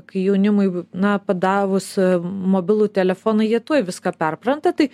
kai jaunimui na padavus mobilų telefoną jie tuoj viską perpranta tai